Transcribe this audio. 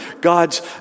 God's